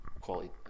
quality